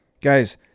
Guys